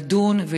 לדון,